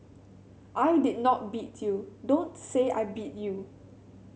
I did not beat you don't say I beat you